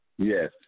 Yes